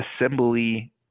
assembly